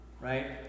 right